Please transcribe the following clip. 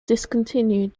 discontinued